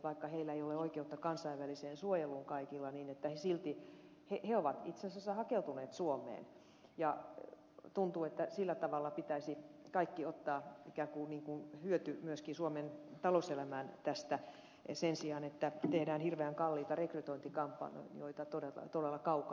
vaikka heillä kaikilla ei ole oikeutta kansainväliseen suojeluun kaikilla niin että he silti he ovat itse asiassa hakeutuneet suomeen ja tuntuu että sillä tavalla pitäisi ottaa ikään kuin kaikki hyöty myöskin suomen talouselämään tästä sen sijaan että tehdään hirveän kalliita rekrytointikampanjoita todella kaukaa